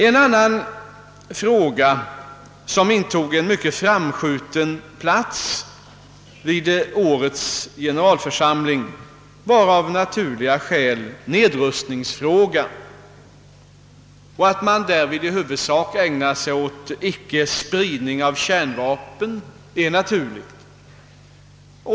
En annan fråga som intog en mycket framskjuten plats vid årets generalförsamling var av naturliga skäl nedrustningsfrågan. Att man därvid i huvudsak ägnade sig åt frågan om ickespridning av kärnvapen är naturligt.